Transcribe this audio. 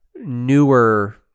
newer